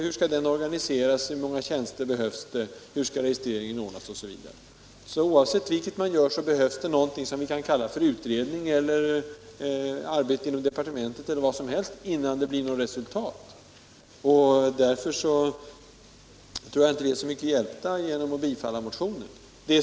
Hur skall den organiseras? Hur många tjänster behövs? Hur skall registreringen ordnas? Så oavsett hur man gör, behövs det någonting som vi kan kalla för en utredning eller ett arbete inom departementet eller liknande, innan det blir något resultat. Därför tror jag inte att vi är så mycket hjälpta med ett bifall till motionen.